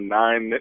nine